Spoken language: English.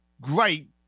great